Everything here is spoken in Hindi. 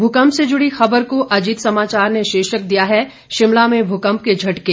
भूकंप से जुड़ी खबर को अजीत समाचार ने शीर्षक दिया है शिमला में भूकंप के झटके